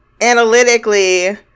analytically